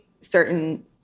certain